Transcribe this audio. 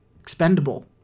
expendable